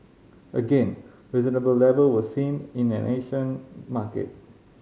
again reasonable level were seen in an Asian market